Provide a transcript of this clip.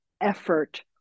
Effort